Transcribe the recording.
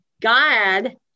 God